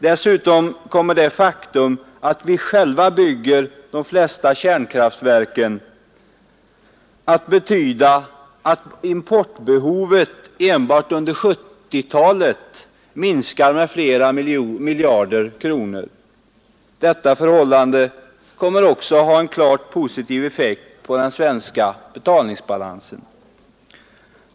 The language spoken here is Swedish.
Dessutom kommer det faktum att vi själva bygger de flesta kärnkraftverken att betyda att importbehovet enbart under 1970-talet minskar med flera miljarder kronor. Detta förhållande kommer också att ha en klart positiv effekt på den svenska betalningsbalansen.